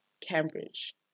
Cambridge